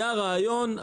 היה רעיון,